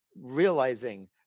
realizing